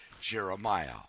Jeremiah